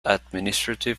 administrative